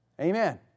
Amen